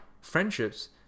friendships